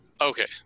Okay